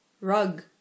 Rug